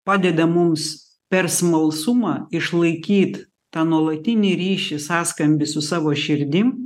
padeda mums per smalsumą išlaikyt tą nuolatinį ryšį sąskambį su savo širdim